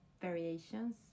variations